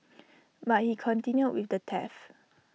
but he continued with the theft